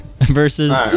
versus